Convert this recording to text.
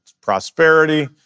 prosperity